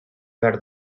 behar